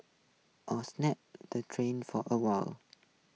or snap the train for awhile